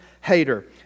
hater